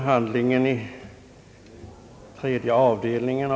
Herr talman!